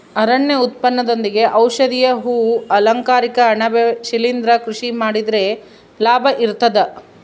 ಅರಣ್ಯ ಉತ್ಪನ್ನದೊಂದಿಗೆ ಔಷಧೀಯ ಹೂ ಅಲಂಕಾರಿಕ ಅಣಬೆ ಶಿಲಿಂದ್ರ ಕೃಷಿ ಮಾಡಿದ್ರೆ ಲಾಭ ಇರ್ತದ